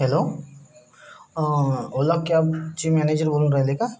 hello Ola cab ची manager बोलून राहिले का